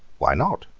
why not?